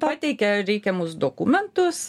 pateikia reikiamus dokumentus